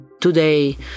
Today